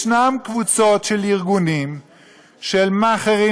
ישנן קבוצות של ארגונים של מאכערים,